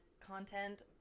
content